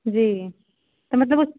जी जी तो मतलब